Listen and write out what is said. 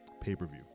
pay-per-view